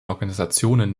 organisationen